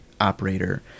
operator